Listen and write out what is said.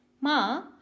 Ma